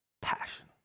passion